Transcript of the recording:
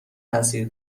تاثیر